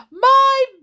My